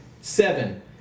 Seven